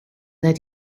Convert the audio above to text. that